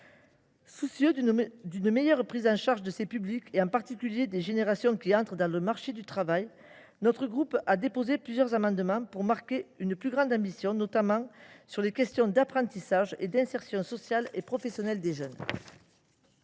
Soucieux d’une meilleure prise en charge de ces publics, et en particulier des générations qui entrent sur le marché du travail, notre groupe a déposé plusieurs amendements visant à élever notre niveau d’ambition en matière d’apprentissage et d’insertion sociale et professionnelle des jeunes.